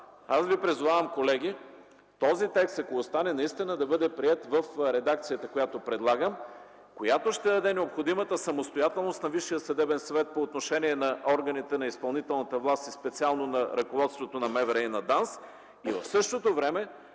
аз ви призовавам, ако наистина остане този текст, да бъде приет в редакцията, която предлагам, и ще даде необходимата самостоятелност на Висшия съдебен съвет по отношение на органите на изпълнителната власт и специално на ръководствата на МВР и на ДАНС, а в същото време